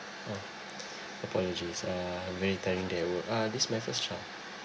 mmhmm apologies uh uh this my first child